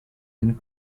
and